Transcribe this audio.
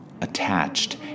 Attached